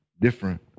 different